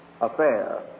affair